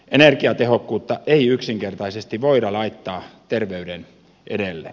energiatehokkuutta ei yksinkertaisesti voida laittaa terveyden edelle